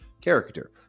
character